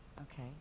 Okay